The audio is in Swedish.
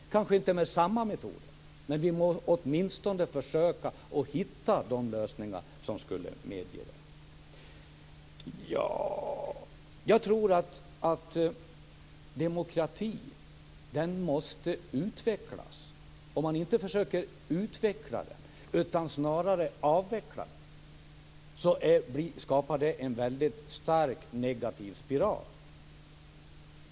Det kanske inte går med samma metoder, men vi må åtminstone försöka hitta de lösningar som skulle medge det. Demokratin måste utvecklas. Om man inte försöker utveckla den, utan snarare avvecklar den, skapas en väldigt stark, negativ spiral.